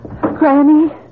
Granny